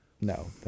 No